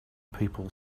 people